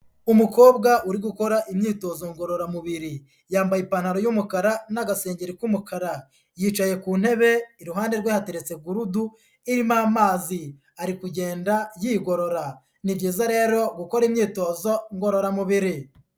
Umukobwa uri gukora imyitozo ngororamubiri. Yambaye ipantaro y'umukara n'agasengeri k'umukara. Yicaye ku ntebe iruhande rwe hateretse gurudu, irimo amazi. Ari kugenda yigorora. Ni byiza rero gukora imyitozo ngororamubiri.